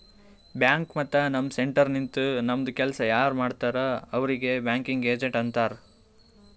bank ಮತ್ತ ನಮ್ centre ನಿಂತು ನಮ್ದು ಕೆಲ್ಸಾ ಯಾರ್ ಮಾಡ್ತಾರ್ ಅವ್ರಿಗ್ ಬ್ಯಾಂಕಿಂಗ್ ಏಜೆಂಟ್ ಅಂತಾರ್